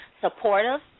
supportive